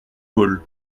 gaulle